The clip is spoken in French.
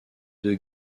deux